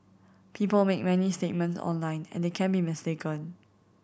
people make many statement online and they can be mistaken